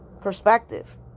perspective